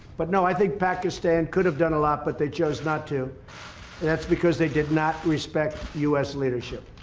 but no, i think pakistan could have done a lot, but they chose not to that's because they did not respect the us leadership